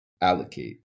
allocate